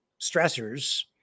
stressors